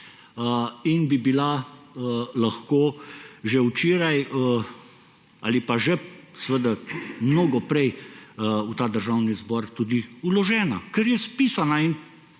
in bi bila lahko že včeraj ali pa že seveda mnogo prej v ta državni zbor tudi vložena, ker je spisana. In